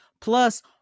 plus